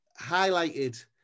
highlighted